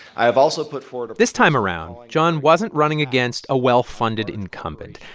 i have also put forward. this time around, jon wasn't running against a well-funded incumbent.